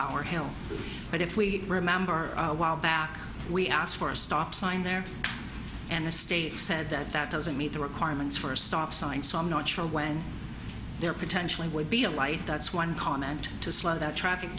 power hill but if we remember while back we asked for a stop sign there and the state said that that doesn't meet the requirements for a stop sign so i'm not sure when there potentially would be a light that's one comment to slow that traffic